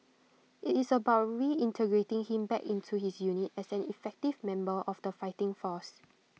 IT is about reintegrating him back into his unit as an effective member of the fighting force